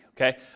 okay